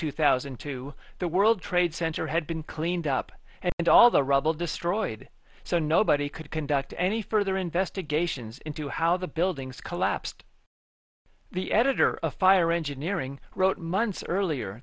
two thousand and two the world trade center had been cleaned up and all the rubble destroyed so nobody could conduct any further investigations into how the buildings collapsed the editor of fire engineering wrote months earlier